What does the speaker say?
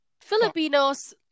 Filipinos